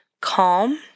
calm